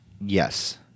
Yes